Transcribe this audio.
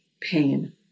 pain